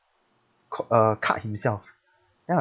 co~ uh cut himself then I'm like